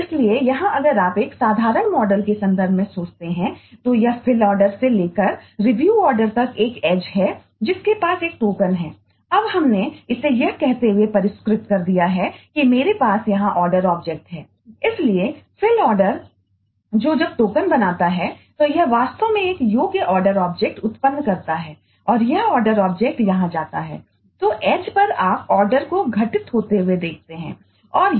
इसलिए यहाँ अगर आप साधारण मॉडलको घटित होते हुए देखते हैं और यह